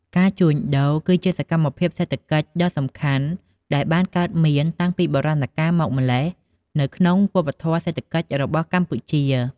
ការជួញដូរ គឺជាសកម្មភាពសេដ្ឋកិច្ចដ៏សំខាន់ដែលបានកើតមានតាំងពីបុរាណកាលមកម្ល៉េះនៅក្នុងវប្បធម៌សេដ្ឋកិច្ចរបស់កម្ពុជា។